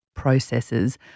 Processes